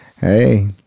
Hey